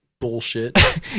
bullshit